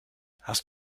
hast